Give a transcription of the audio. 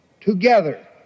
Together